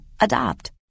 adopt